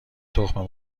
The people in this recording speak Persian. تخم